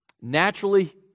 naturally